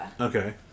Okay